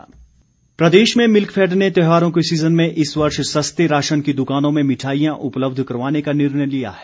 Milkfed प्रदेश Milkfed ने त्योहारों के सीजन में इस वर्ष सस्ते राशन की दुकानों में मिठाईयां उपलब्ध करवाने का निर्णय लिया है